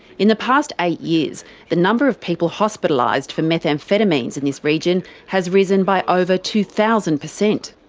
in the past eight years the number of people hospitalised for methamphetamines in this region has risen by over two thousand percent.